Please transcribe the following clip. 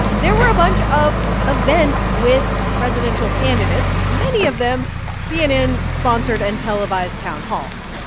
there were a bunch of events with presidential candidates, many of them cnn sponsored and televised town halls.